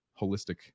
holistic